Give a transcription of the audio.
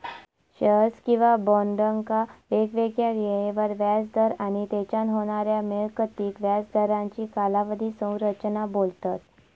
shares किंवा बॉन्डका वेगवेगळ्या येळेवर व्याज दर आणि तेच्यान होणाऱ्या मिळकतीक व्याज दरांची कालावधी संरचना बोलतत